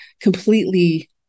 completely